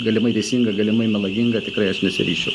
galimai teisinga galimai melaginga tikrai aš nesiryžčiau